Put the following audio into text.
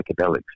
psychedelics